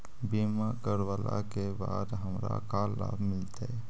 बीमा करवला के बाद हमरा का लाभ मिलतै?